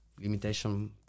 limitation